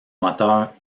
moteurs